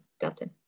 Dalton